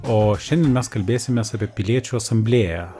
o šiandien mes kalbėsimės apie piliečių asamblėją